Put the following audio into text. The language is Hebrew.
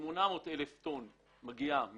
800 אלף טון משיפוצים,